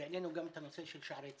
העלינו גם את הנושא של שערי צדק.